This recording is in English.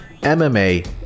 MMA